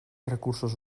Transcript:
recursos